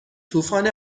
طوفان